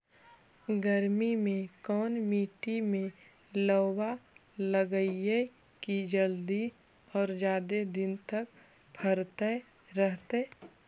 गर्मी में कोन मट्टी में लोबा लगियै कि जल्दी और जादे दिन तक भरतै रहतै?